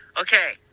okay